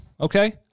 okay